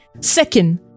Second